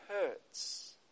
hurts